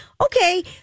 okay